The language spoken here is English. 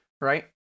Right